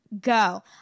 go